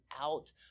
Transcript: out